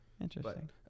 Interesting